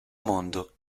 mondo